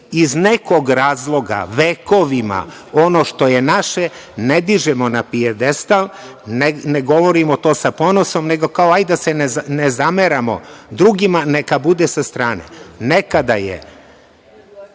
iz nekog razloga, vekovima ono što je naše ne dižemo na pijadestal, ne govorimo to sa ponosom, nego da se ne zameramo drugima, neka bude sa strane. Nekada je